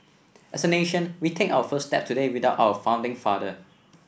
as a nation we take our first step today without our founding father